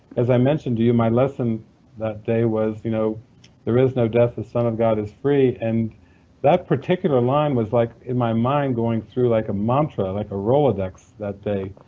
as i mentioned to you, my lesson that day was you know there is no death, the son of god is free, and that particular line was like in my mind going through like a mantra, like a rolodex, that day.